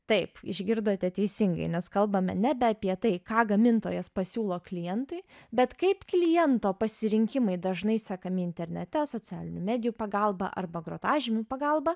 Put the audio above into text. taip išgirdote teisingai nes kalbame nebe apie tai ką gamintojas pasiūlo klientui bet kaip kliento pasirinkimai dažnai sekami internete socialinių medijų pagalba arba grotažymių pagalba